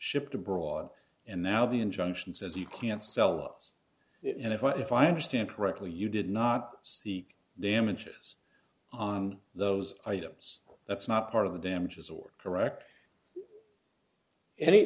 shipped abroad and now the injunction says you can't sell us and if i if i understand correctly you did not seek damages on those items that's not part of the damages or correct any